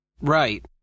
Right